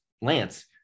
Lance